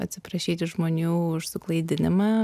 atsiprašyti žmonių už suklaidinimą